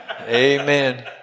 Amen